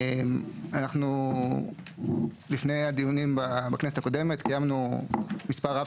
אנחנו לפני הדיונים בכנסת הקודמת קיימנו מספר רב